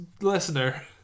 listener